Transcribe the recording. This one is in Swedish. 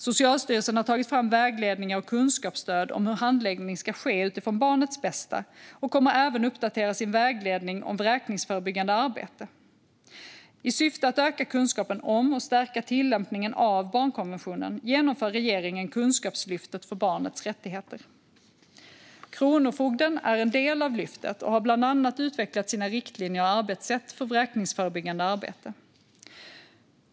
Socialstyrelsen har tagit fram vägledningar och kunskapsstöd för hur handläggning ska ske utifrån barnets bästa och kommer även att uppdatera sin vägledning om vräkningsförebyggande arbete. I syfte att öka kunskapen om och stärka tillämpningen av barnkonventionen genomför regeringen Kunskapslyftet för barnets rättigheter. Kronofogden är en del av lyftet och har bland annat utvecklat sina riktlinjer och arbetssätt för vräkningsförebyggande arbete.